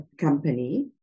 company